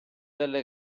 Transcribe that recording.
delle